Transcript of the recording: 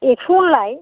एक्स' होनलाय